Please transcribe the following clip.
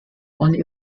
only